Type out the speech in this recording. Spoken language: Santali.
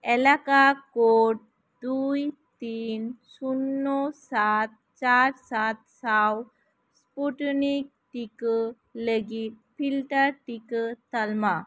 ᱮᱞᱟᱠᱟ ᱠᱳᱰ ᱫᱩᱭ ᱛᱤᱱ ᱥᱩᱱᱱᱚ ᱥᱟᱛ ᱪᱟᱨ ᱥᱟᱛ ᱥᱟᱶ ᱥᱯᱩᱴᱱᱤᱠ ᱴᱤᱠᱟ ᱞᱟ ᱜᱤᱫ ᱯᱷᱤᱞᱴᱟᱨ ᱴᱤᱠᱟ ᱛᱟᱞᱢᱟ